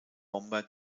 bomber